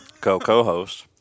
Co-co-host